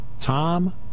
Tom